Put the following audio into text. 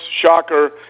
shocker